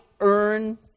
earn